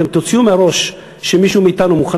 אתם תוציאו מהראש שמישהו מאתנו מוכן